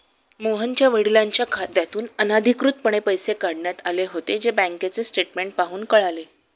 मोहनच्या वडिलांच्या खात्यातून अनधिकृतपणे पैसे काढण्यात आले होते, जे बँकेचे स्टेटमेंट पाहून कळले